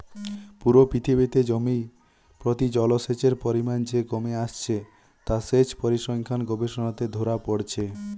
পুরো পৃথিবীতে জমি প্রতি জলসেচের পরিমাণ যে কমে আসছে তা সেচ পরিসংখ্যান গবেষণাতে ধোরা পড়ছে